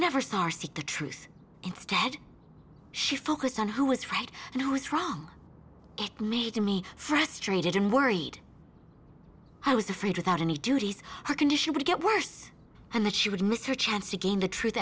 never sarsi the truth instead she focused on who was right and who is wrong at me to me frustrated and worried i was afraid without any duties her condition would get worse and that she would miss her chance again the truth